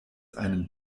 einen